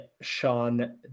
Sean